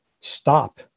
stop